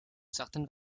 certaines